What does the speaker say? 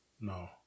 no